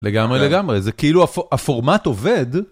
לגמרי, לגמרי, זה כאילו הפורמט עובד.